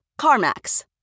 CarMax